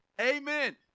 amen